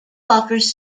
offers